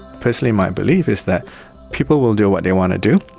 personally my belief is that people will do what they want to do,